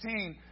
2016